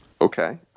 Okay